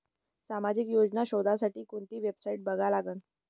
सामाजिक योजना शोधासाठी कोंती वेबसाईट बघा लागन?